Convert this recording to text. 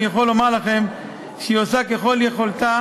אני יכול לומר לכם שהיא עושה ככל יכולתה